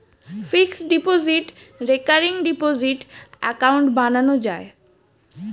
fixed deposit, recurring deposit account বানানো যায়